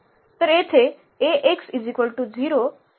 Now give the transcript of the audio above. तर येथे Ax0